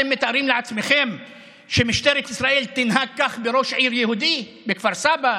אתם מתארים לעצמכם שמשטרת ישראל תנהג כך בראש עיר יהודי בכפר סבא,